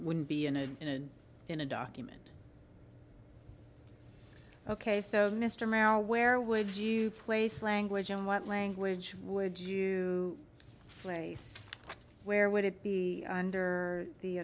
wouldn't be in a in a in a document ok so mr merrill where would you place language and what language would you place where would it be under the